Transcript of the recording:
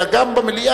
אלא גם במליאה,